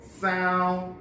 sound